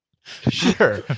Sure